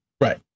Right